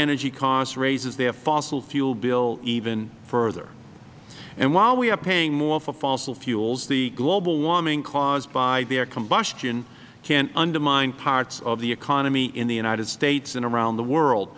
energy costs raises their fossil fuel bill even further and while we are paying more for fossil fuels the global warming caused by their combustion can undermine parts of the economy in the united states and around the world